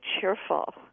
cheerful